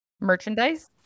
merchandise